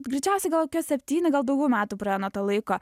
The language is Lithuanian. greičiausiai gal kokie septyni gal daugiau metų praėjo nuo to laiko